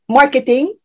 marketing